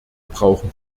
brauchen